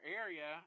area